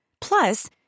Plus